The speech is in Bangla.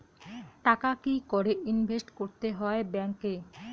টাকা কি করে ইনভেস্ট করতে হয় ব্যাংক এ?